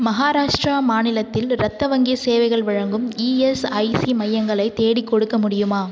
மகாராஷ்ட்ரா மாநிலத்தில் இரத்த வங்கி சேவைகள் வழங்கும் இஎஸ்ஐசி மையங்களை தேடிக்கொடுக்க முடியுமா